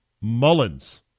Mullins